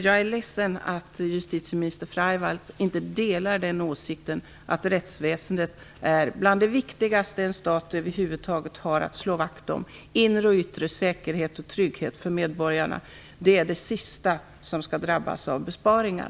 Jag är ledsen att justitieminister Freivalds inte delar åsikten att rättsväsendet är bland det viktigaste som en stat över huvud taget har att slå vakt om. Inre och yttre säkerhet och trygghet för medborgarna är det sista som skall drabbas av besparingar.